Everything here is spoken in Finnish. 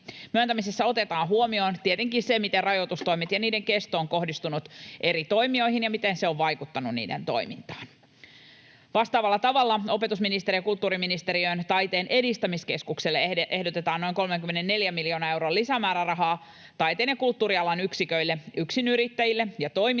Myöntämisessä otetaan huomioon tietenkin se, miten rajoitustoimet ja niiden kesto on kohdistunut eri toimijoihin ja miten se on vaikuttanut niiden toimintaan. Vastaavalla tavalla opetus- ja kulttuuriministeriön Taiteen edistämiskeskukselle ehdotetaan noin 34 miljoonan euron lisämäärärahaa taiteen ja kulttuurialan yksiköille, yksinyrittäjille ja toiminimille